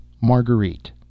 Marguerite